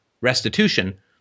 restitution